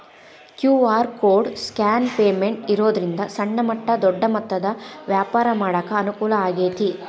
QR code scan payment ಇರೋದ್ರಿಂದ ಸಣ್ಣ ಮಟ್ಟ ದೊಡ್ಡ ಮೊತ್ತದ ವ್ಯಾಪಾರ ಮಾಡಾಕ ಅನುಕೂಲ ಆಗೈತಿ